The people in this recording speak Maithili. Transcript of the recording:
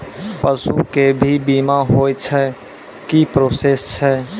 पसु के भी बीमा होय छै, की प्रोसेस छै?